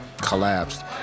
collapsed